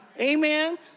Amen